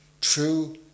true